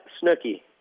Snooky